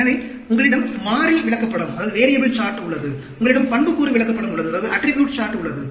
எனவே உங்களிடம் மாறி விளக்கப்படம் உள்ளது உங்களிடம் பண்புக்கூறு விளக்கப்படம் உள்ளது